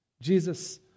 Jesus